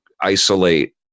isolate